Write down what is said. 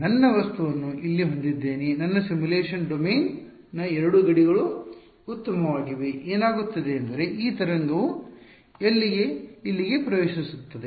ನನ್ನ ವಸ್ತುವನ್ನು ಇಲ್ಲಿ ಹೊಂದಿದ್ದೇನೆ ನನ್ನ ಸಿಮ್ಯುಲೇಶನ್ ಡೊಮೇನ್ನ 2 ಗಡಿಗಳು ಉತ್ತಮವಾಗಿವೆ ಏನಾಗುತ್ತಿದೆ ಎಂದರೆ ಈ ತರಂಗವು ಇಲ್ಲಿಗೆ ಪ್ರವೇಶಿಸುತ್ತಿದೆ